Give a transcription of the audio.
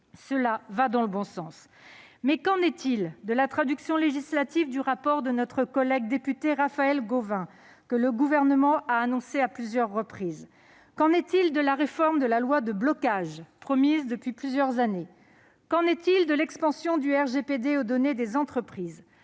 qui va dans le bon sens. Toutefois, qu'en est-il de la traduction législative du rapport de notre collègue député Raphaël Gauvain, que le Gouvernement a annoncé à plusieurs reprises ? Qu'en est-il de la réforme de la loi de blocage, promise depuis plusieurs années ? Qu'en est-il de l'extension du règlement général européen